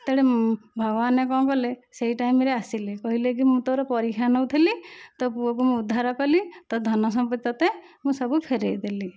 ସେତେବେଳେ ଭଗବାନ କ'ଣ କଲେ ସେହି ଟାଇମ୍ରେ ଆସିଲେ କହିଲେ କି ମୁଁ ତୋର ପରୀକ୍ଷା ନେଉଥିଲି ତ ପୁଅକୁ ମୁଁ ଉଦ୍ଧାର କଲି ତୋ ଧନ ସମ୍ପତ୍ତି ତୋତେ ମୁଁ ସବୁ ଫେରାଇ ଦେଲି